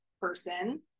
person